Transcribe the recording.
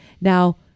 Now